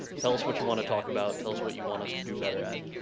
tell us what you want to talk about, tell us what you want us to do better at,